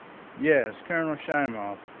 yes colonel schmoff.